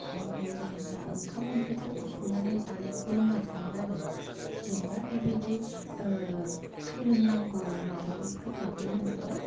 ओमफ्राय जेनेबा ओंखाम ओंख्रिथारखौ संनानै जानायखौ रोङाखैमोन आरो जेनबा बेबायदि सोलोंनांगौ माबाबो फैथ'वाखैमोन नालाय